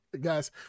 guys